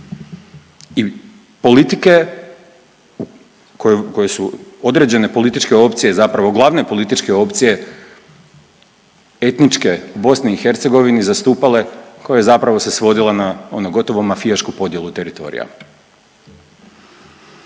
u kojoj, u kojoj su određene političke opcije, zapravo glavne političke opcije, etničke u BiH zastupale, koja zapravo se svodila na ono gotovo mafijašku podjelu teritorija.